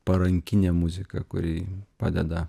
parankinė muzika kuri padeda